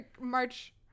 March